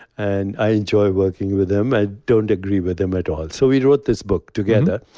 and i enjoy working with him. i don't agree with him at all so we wrote this book together,